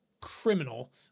criminal